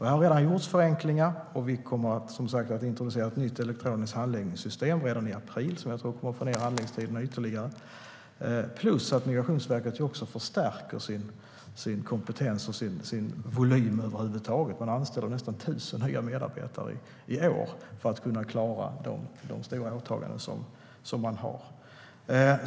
Det har redan gjorts förenklingar, och vi kommer, som sagt, att introducera ett nytt elektroniskt handläggningssystem redan i april som jag tror kommer att förkorta handläggningstiderna ytterligare. Dessutom förstärker Migrationsverket sin kompetens och sin volym över huvud taget. Man anställer nästan tusen nya medarbetare i år för att kunna klara de stora åtaganden som man har.